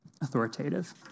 authoritative